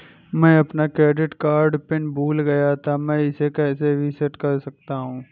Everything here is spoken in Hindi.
मैं अपना क्रेडिट कार्ड पिन भूल गया था मैं इसे कैसे रीसेट कर सकता हूँ?